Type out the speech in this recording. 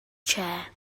chair